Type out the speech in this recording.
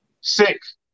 six